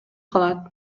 калат